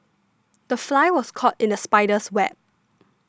the fly was caught in the spider's web